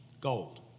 gold